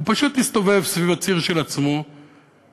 הוא פשוט הסתובב סביב הציר של עצמו ופשוט